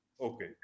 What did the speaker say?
okay